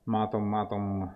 matom matom